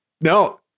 no